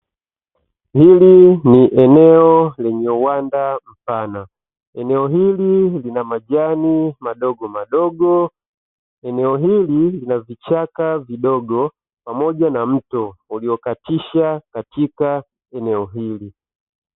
Hili ni eneo lenye uwanda mpana. Eneo hili lina majani madogomadogo, eneo hili lina vichaka vidogo pamoja na mto uliokatisha katika eneo hili.